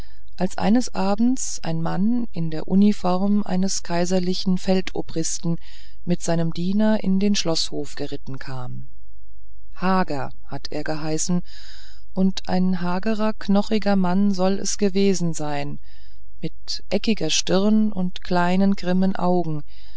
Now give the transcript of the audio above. als eines abends ein mann in der uniform eines kaiserlichen feldobristen mit seinem diener in den schloßhof geritten kam hager hat er geheißen und ein hagerer knochiger mann soll es gewesen sein mit eckiger stirn und kleinen grimmen augen